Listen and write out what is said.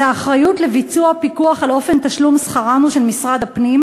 אז האחריות לביצוע פיקוח על אופן תשלום שכרן היא של משרד הפנים